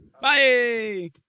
bye